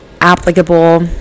applicable